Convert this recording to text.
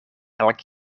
elk